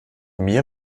mir